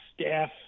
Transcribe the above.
staff